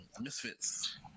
Misfits